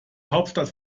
hauptstadt